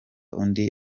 undi